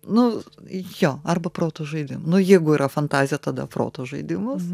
nu jo arba protas žaidžia nu jeigu yra fantazija tada proto žaidimas